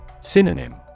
Synonym